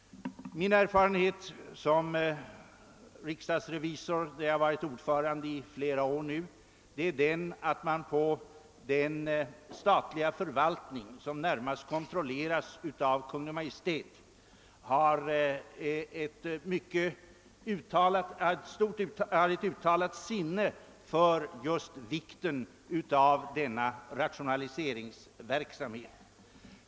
Min erfarenhet som riksdagsrevisor — jag har varit riksdagsrevisorernas ordförande under flera år — är att man inom den statliga förvaltning som närmast kontrolleras av Kungl. Maj:t har ett uttalat sinne för vikten av bedrivandet av denna rationaliseringsverksamhet.